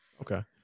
Okay